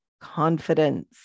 confidence